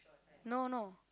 no no